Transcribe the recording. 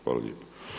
Hvala lijepa.